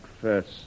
first